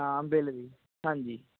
ਹਾਂ ਬਿੱਲ ਵੀ ਹਾਂਜੀ